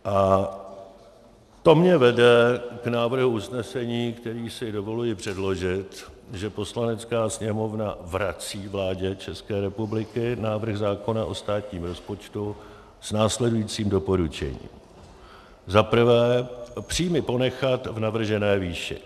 A to mě vede k návrhu usnesení, který si dovoluji předložit, že Poslanecká sněmovna vrací vládě České republiky návrh zákona o státním rozpočtu s následujícím doporučením: 1. příjmy ponechat v navržené výši;